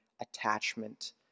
attachment